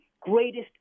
greatest